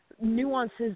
nuances